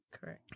Correct